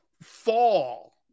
Fall